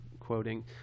quoting